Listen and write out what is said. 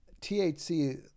THC